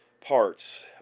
parts